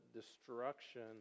destruction